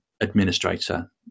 administrator